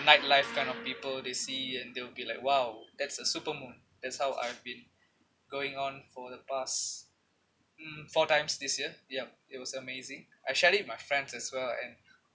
night life kind of people they see and they will be like !wow! that's a super moon that's how I've been going on for the past mm four times this year yup it was amazing I share it my friends as well and